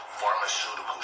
pharmaceutical